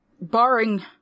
barring